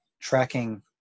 tracking